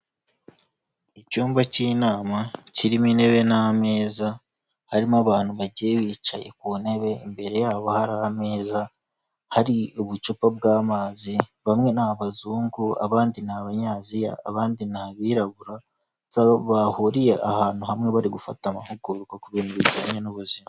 Icyumba cy'inama kirimo intebe n'ameza, harimo abantu bagiye bicaye ku ntebe, imbere yabo hari ameza, hari ubucupa bw'amazi, bamwe ni Abazungu, abandi ni Abanyaziya abandi ni Abirabura, bahuriye ahantu hamwe bari gufata amahugurwa ku bintu bijyanye n'ubuzima.